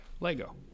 lego